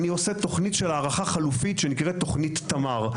אני עושה תוכנית של הערכה חלופית שנקראת תוכנית תמ"ר,